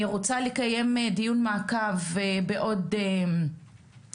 אני רוצה לקיים דיון מעקב בעוד חודשיים,